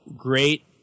great